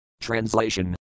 Translation